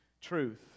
Truth